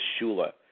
Shula